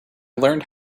learned